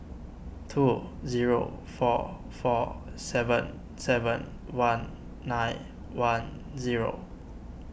two zero four four seven seven one nine one zero